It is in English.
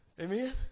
Amen